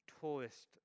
tourist